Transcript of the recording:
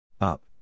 Up